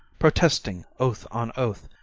protesting oath on oath,